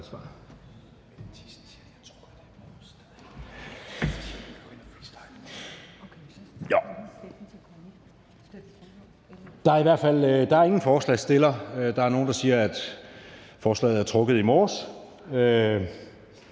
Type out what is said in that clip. ordfører for forslagsstillerne. Det er nogle, der siger, at forslaget er trukket tilbage